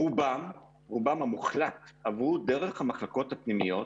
רובם המוחלט עברו דרך המחלקות הפנימיות,